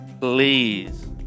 Please